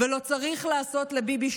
החזרה לעדתיות ולשבטיות,